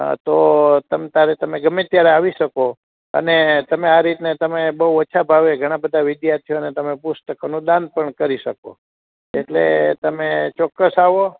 હાં તો તમ તાર તમે તમે ત્યારે આવી શકો અને તમે અ રીતના તમે ઓછા ભાવે વિધ્યાર્થીઓને પુસ્તક દાન પણ કરી શકો એટલે તમે ચોક્કસ આવો